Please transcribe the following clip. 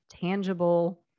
tangible